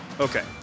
Okay